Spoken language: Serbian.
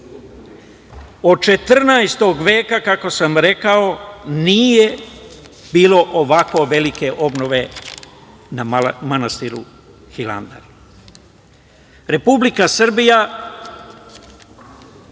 Od 14. veka, kako sam rekao, nije bilo ovako velike obnove u manastiru Hilandar. Republika Srbija